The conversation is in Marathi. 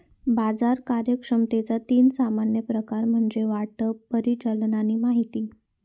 बाजार कार्यक्षमतेचा तीन सामान्य प्रकार म्हणजे वाटप, परिचालन आणि माहिती